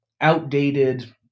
outdated